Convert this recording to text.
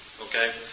Okay